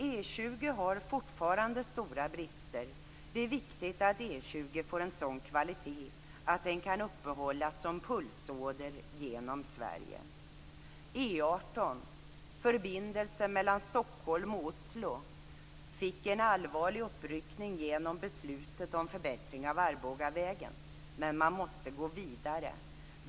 E 20 har fortfarande stora brister. Det är viktigt att E 20 får en sådan kvalitet att den kan uppehållas som pulsåder genom Sverige. fick en allvarlig uppryckning genom beslutet om förbättring av Arbogavägen, men man måste gå vidare.